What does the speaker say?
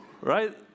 right